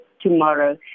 tomorrow